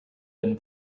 been